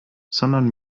sondern